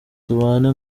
tubane